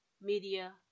media